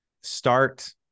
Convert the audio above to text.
Start